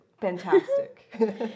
Fantastic